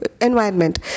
environment